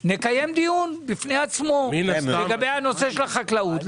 נקיים דיון לגבי הנושא של החקלאות,